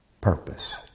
purpose